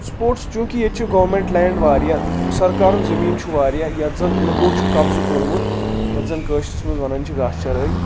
sports چوٗنٛکہِ ییٚتہِ چھِ گومینٹ لینٛد واریاہ سرکارُک زٔمیٖن چھُ واریاہ یتھ زن لُکو چھُ قبضہٕ کوٚرمُت یتھ زن کٲشرِس منٛز ونان چھِ گاسہٕ چرٲے